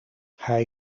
hij